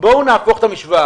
בואו נהפוך את המשוואה,